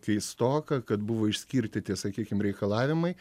keistoka kad buvo išskirti tie sakykim reikalavimai